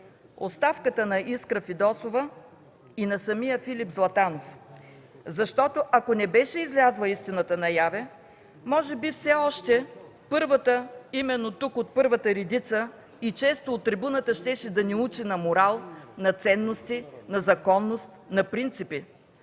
оставката на Искра Фидосова и на самия Филип Златанов. Защото, ако истината не беше излязла наяве, може би все още първата, именно тук от първата редица, често от трибуната щеше да ни учи на морал, на ценности, на законност, на принципи,